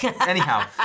anyhow